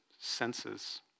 senses